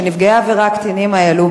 נפגעי העבירה הקטינים האלו,